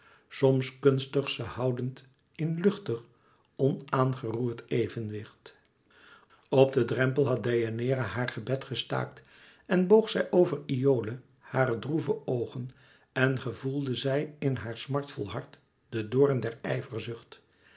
soms kunstig ze houdend in luchtig onaangeroerd evenwicht op den drempel had deianeira haar gebed gestaakt en boog zij over iole hare droeve oogen en gevoelde zij in haar smartevol hart de doorn